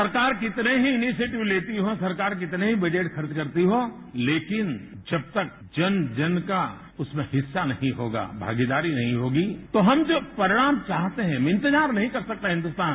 सरकार कितने ही इनिशिएटिव लेती हो सरकार कितने ही बजट खर्च करती हो लेकिन जब तक जन जन का उसमें हिस्सा नहीं होगा भागीदारी नहीं होगी तो हम जो परिणाम चाहते है इंतजार नहीं कर सकता हिन्दुस्तान